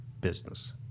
business